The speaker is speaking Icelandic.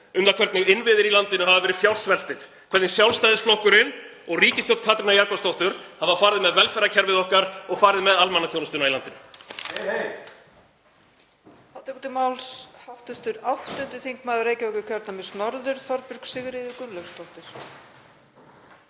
um það hvernig innviðir í landinu hafa verið fjársveltir og hvernig Sjálfstæðisflokkurinn og ríkisstjórn Katrínar Jakobsdóttur hafa farið með velferðarkerfið okkar og farið með almannaþjónustuna í landinu.